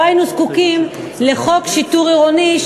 לא היינו זקוקים לחוק שיטור עירוני,